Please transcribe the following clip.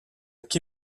qui